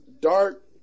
dark